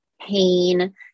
pain